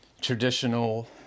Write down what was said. traditional